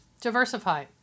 diversify